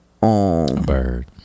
Bird